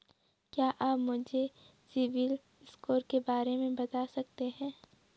क्या आप मुझे सिबिल स्कोर के बारे में बता सकते हैं?